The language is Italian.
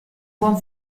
buon